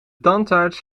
tandarts